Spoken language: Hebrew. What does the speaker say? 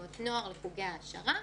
תנועות נוער וחוגי העשרה.